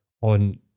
on